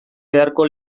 beharko